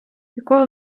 якого